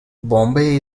bombay